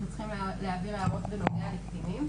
אנחנו צריכים להעביר הערות בנוגע לקטינים.